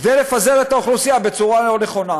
כדי לפזר את האוכלוסייה בצורה לא נכונה.